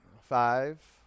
Five